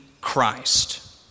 Christ